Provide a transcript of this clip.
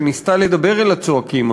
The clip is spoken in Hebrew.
שניסתה לדבר אל הצועקים,